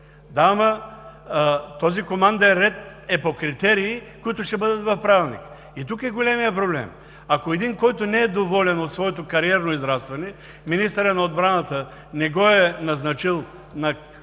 Да, ама този команден ред е по критерии, които ще бъдат в правилник. И тук е големият проблем: ако един, който не е доволен от своето кариерно израстване, министърът на отбраната не го е назначил на